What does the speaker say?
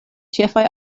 ĉefaj